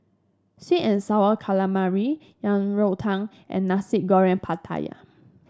sweet and sour calamari Yang Rou Tang and Nasi Goreng Pattaya